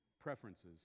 preferences